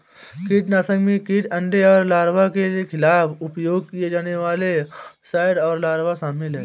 कीटनाशकों में कीट अंडे और लार्वा के खिलाफ उपयोग किए जाने वाले ओविसाइड और लार्वा शामिल हैं